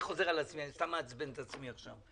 אני חוזר על עצמי, אני סתם מעצבן את עצמי עכשיו...